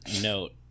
Note